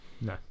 No